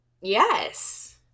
yes